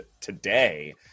today